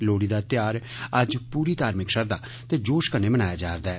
लोह्ड़ी दा ध्यार अज्ज पूरी धार्मिक श्रद्दा ते जोश कन्नै मनाया जा'रदा ऐ